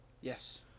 Yes